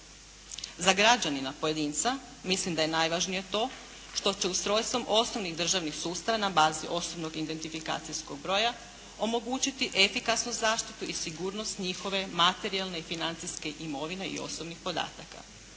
Za građanina pojedinca mislim da je najvažnije to što će ustrojstvom osnovnih državnih sustava, na bazi osnovnog identifikacijskog broja omogućiti efikasnu zaštitu i sigurnost njihove materijalne i financijske imovine i osobnih podataka.